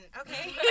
Okay